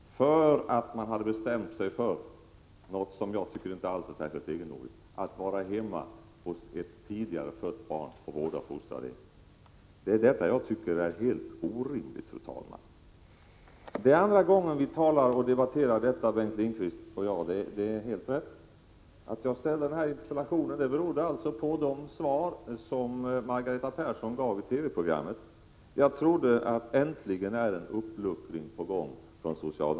för att hon bestämt sig för något som jag inte alls tycker är särskilt egendomligt — att vara hemma hos ett tidigare fött barn och vårda och fostra det. Det är detta jag tycker är helt orimligt, fru talman. Det är andra gången Bengt Lindqvist och jag debatterar detta, det är helt rätt. Att jag ställt denna interpellation beror på de svar som Margareta Persson gav i TV-programmet. Jag trodde att en uppluckring från socialdemokratiskt håll äntligen var på gång.